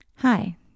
Hi